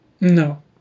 no